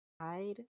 Hide